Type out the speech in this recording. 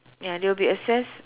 ya they will be assessed